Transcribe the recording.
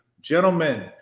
Gentlemen